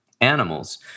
animals